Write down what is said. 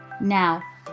Now